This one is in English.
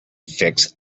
fix